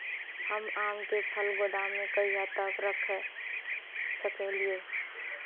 हम आम के फल गोदाम में कहिया तक रख सकलियै?